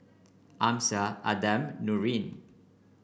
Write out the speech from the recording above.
Amsyar Adam Nurin